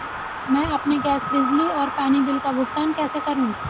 मैं अपने गैस, बिजली और पानी बिल का भुगतान कैसे करूँ?